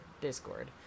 Discord